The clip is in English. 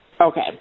Okay